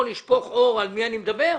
לשפוך אור על מי אני מדבר.